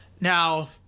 Now